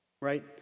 Right